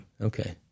Okay